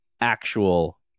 actual